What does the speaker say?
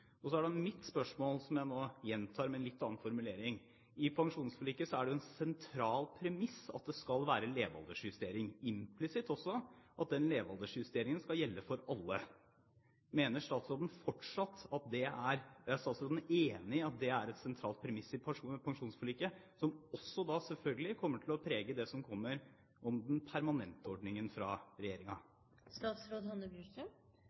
Så er da mitt spørsmål, som jeg nå gjentar med en litt annen formulering: I pensjonsforliket er det jo et sentralt premiss at det skal være levealdersjustering, implisitt også at den levealdersjusteringen skal gjelde for alle. Er statsråden enig i at det er et sentralt premiss i pensjonsforliket, som også selvfølgelig kommer til å prege det som kommer om den permanente ordningen fra